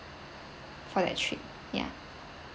for that trip ya